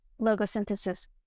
logosynthesis